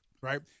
right